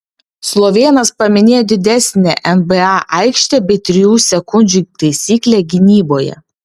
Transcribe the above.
slovėnas paminėjo didesnę nba aikštę bei trijų sekundžių taisyklę gynyboje